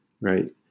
right